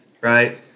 right